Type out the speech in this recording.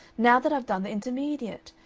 now that i've done the intermediate.